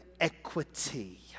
equity